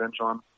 on